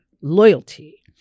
loyalty